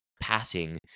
passing